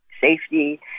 safety